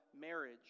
marriage